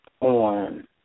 on